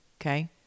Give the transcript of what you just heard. Okay